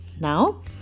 Now